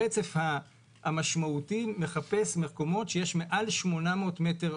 הרצף המשמעותי מחפש מקומות ברוחב של מעל 800 מטר.